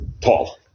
tall